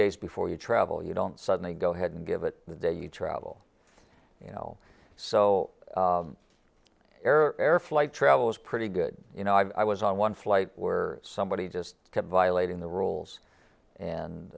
days before you travel you don't suddenly go ahead and give it that you travel you know so air air flight travel is pretty good you know i was on one flight where somebody just kept violating the rules